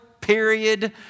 period